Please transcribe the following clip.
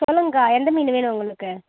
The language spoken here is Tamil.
சொல்லுங்க அக்கா எந்த மீன் வேணும் உங்களுக்கு